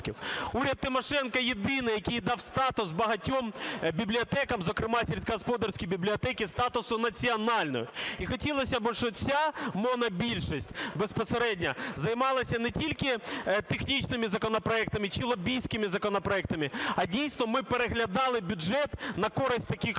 Уряд Тимошенко єдиний, який дав статус багатьом бібліотекам, зокрема сільськогосподарській бібліотеці, статус національної. І хотілося би, щоб ця монобільшість безпосередньо займалася не тільки технічними законопроектами чи лобістськими законопроектами, а дійсно ми б переглядали бюджет на користь таких людей,